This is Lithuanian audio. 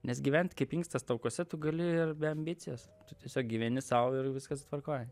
nes gyvent kaip inkstas taukuose tu gali ir be ambicijos tu tiesiog gyveni sau ir viskas tvarkoj